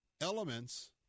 elements